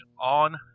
on